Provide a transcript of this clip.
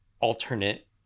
alternate